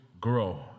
grow